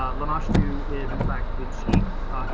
um lamashtu is in fact, the chief